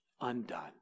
Undone